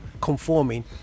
conforming